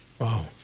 Wow